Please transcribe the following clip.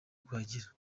kuhagera